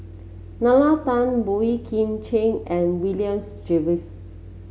Nalla Tan Boey Kim Cheng and Williams Jervois